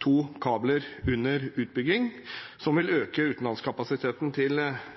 to kabler under utbygging som vil øke utenlandskapasiteten til